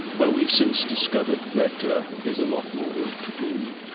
well, we've since discovered that there's a lot more work to do.